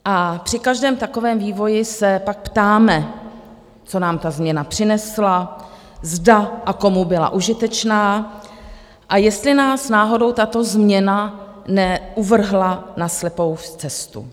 A při každém takovém vývoji se pak ptáme, co nám ta změna přinesla, zda a komu byla užitečná, a jestli nás náhodou tato změna neuvrhla na slepou cestu.